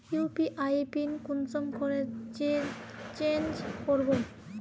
UPI PIN कुंसम करे change करबो?